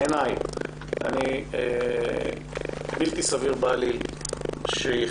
בעיניי בלתי סביר בעליל שיחידות